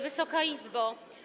Wysoka Izbo!